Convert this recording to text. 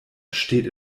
steht